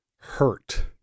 hurt